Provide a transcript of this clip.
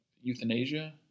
euthanasia